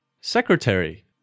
Secretary